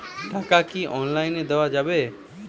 টাকা কি অনলাইনে দেওয়া যাবে?